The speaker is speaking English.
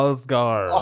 Oscar